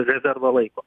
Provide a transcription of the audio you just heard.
rezervo laiko